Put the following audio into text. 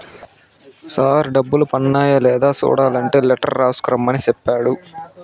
sir డబ్బులు పన్నాయ లేదా సూడలంటే లెటర్ రాసుకు రమ్మని సెప్పాడు